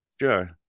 sure